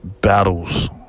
Battles